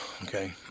Okay